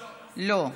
לא.